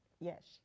Yes